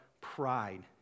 pride